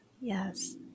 Yes